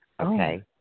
Okay